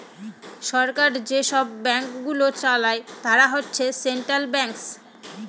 সরকার যেসব ব্যাঙ্কগুলো চালায় তারা হচ্ছে সেন্ট্রাল ব্যাঙ্কস